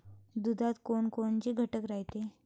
दुधात कोनकोनचे घटक रायते?